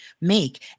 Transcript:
make